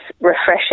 refreshing